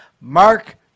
Mark